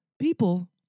people